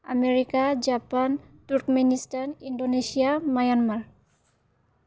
America Japan Turkmenistan Indonesia Myanmar